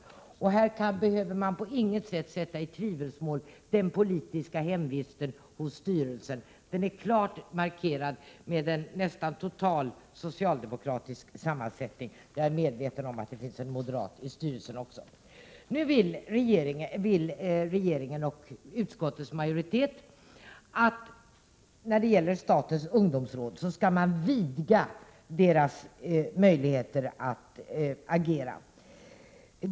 Man behöver på inget sätt sätta den politiska hemvisten hos styrelsen i tvivelsmål. Det är en klar markering med en nästan total socialdemokratisk sammansättning — jag är medveten om att det finns en moderat i styrelsen. Nu vill regeringen och utskottsmajoriteten att man skall vidga statens ungdomsråds möjligheter att agera.